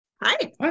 Hi